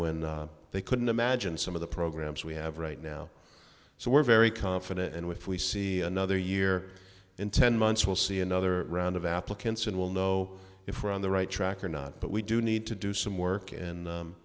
when they couldn't imagine some of the programs we have right now so we're very confident and if we see another year in ten months we'll see another round of applicants and we'll know if we're on the right track or not but we do need to do some work